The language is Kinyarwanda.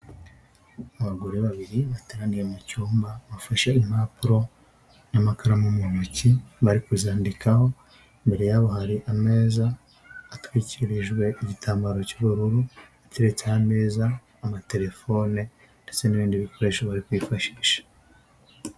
Abagore babiri bateraniye mu cyumba, bafashe impapuro n'amakaramu mu ntoki bari kuzandikaho, imbere yabo hari ameza atwikirijwe igitambaro cy'ubururu giteretseho ameza, amatelefone ndetse n'ibindi bikoresho bari kwifashisha.